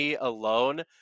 alone